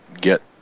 get